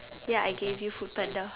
ya I gave you foodpanda